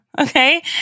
okay